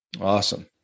Awesome